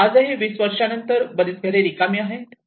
आजही 20 वर्षानंतर बरीच घरे रिकामे आहेत